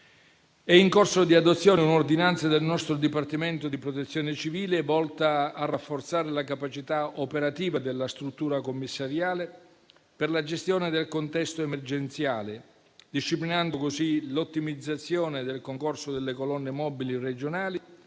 È in corso di adozione un'ordinanza del nostro Dipartimento di protezione civile volta a rafforzare la capacità operativa della struttura commissariale per la gestione del contesto emergenziale, disciplinando così l'ottimizzazione del concorso delle colonne mobili regionali